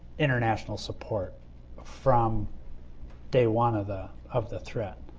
international support ah from day one of the of the threat.